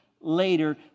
later